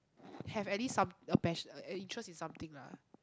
have at least some a passion an interest in something lah